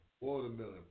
watermelon